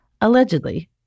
Allegedly